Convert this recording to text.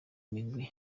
migwi